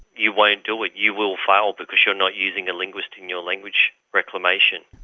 you won't do it, you will fail because you're not using a linguist in your language reclamation.